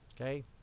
Okay